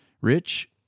Rich